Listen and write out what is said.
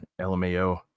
LMAO